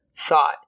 thought